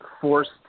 forced